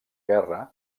guerra